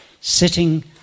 sitting